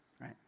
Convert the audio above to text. right